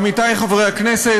עמיתי חברי הכנסת,